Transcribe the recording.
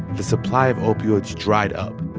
the supply of opioids dried up.